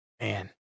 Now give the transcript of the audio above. Man